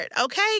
okay